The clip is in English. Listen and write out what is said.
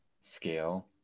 scale